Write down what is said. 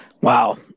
wow